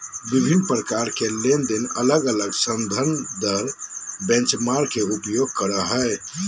विभिन्न प्रकार के लेनदेन अलग अलग संदर्भ दर बेंचमार्क के उपयोग करो हइ